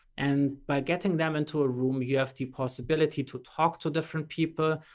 and by getting them into a room, you have the possibility to talk to different people.